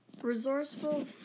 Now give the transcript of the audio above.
resourceful